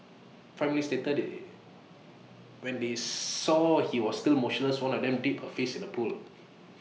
five minutes later they when they saw he was still motionless one of them dipped her face in the pool